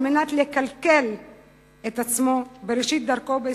כדי לכלכל את עצמו בראשית דרכו בישראל,